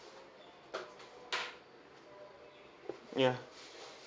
ya